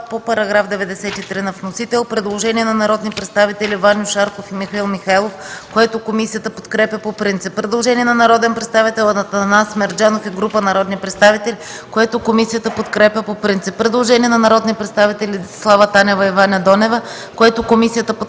По § 93 на вносител – предложение на народните представители Ваньо Шарков и Михаил Михайлов, което комисията подкрепя по принцип. Предложение на народния представител Атанас Мерджанов и група народни представители, което комисията подкрепя по принцип. Предложение на народните представители Десислава Танева и Ваня Донева, което комисията подкрепя.